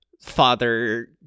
father